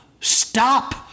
stop